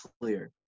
clear